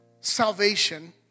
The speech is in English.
salvation